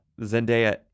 Zendaya